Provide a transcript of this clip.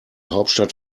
hauptstadt